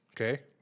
okay